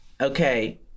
Okay